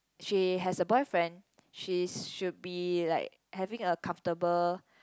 she has a boyfriend she should be like having a comfortable